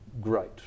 great